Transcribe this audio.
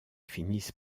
finissent